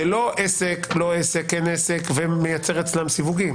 זה לא עסק, כן עסק, ומייצר אצלם סיווגים.